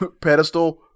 pedestal